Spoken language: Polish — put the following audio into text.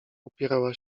upierała